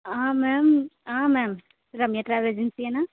ma'am ma'am Ramya travel ఏజెన్సీనా